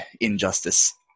injustice